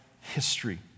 history